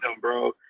bro